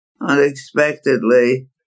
unexpectedly